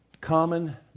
Common